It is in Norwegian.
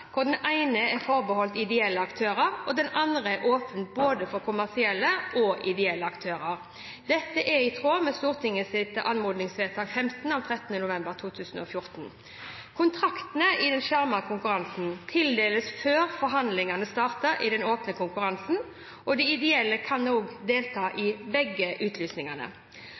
den ene er forbeholdt ideelle aktører og den andre er åpen for både kommersielle og ideelle aktører. Dette er i tråd med Stortingets anmodningsvedtak nr. 15 av 13. november 2014. Kontrakter i den skjermede konkurransen tildeles før forhandlinger starter i den åpne konkurransen. De ideelle kan delta i